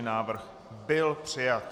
Návrh byl přijat.